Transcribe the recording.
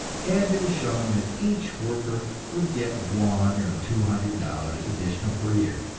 and it is shown that each worker would get one or two hundred dollars additional per year.